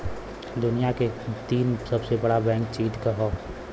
दुनिया के तीन सबसे बड़ा बैंक चीन क हौ